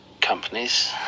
companies